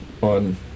on